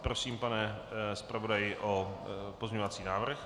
Prosím, pane zpravodaji, o pozměňovací návrh.